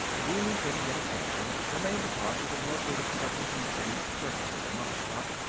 we couldn't get a sample the main deposit is located several feet beneath the surface of the mountaintop,